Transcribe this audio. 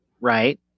right